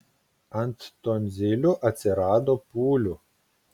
ant tonzilių atsirado pūlių